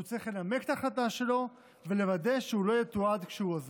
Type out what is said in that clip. הוא צריך לנמק את ההחלטה שלו ולוודא שהוא לא יתועד כשהוא אזוק.